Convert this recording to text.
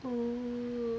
mm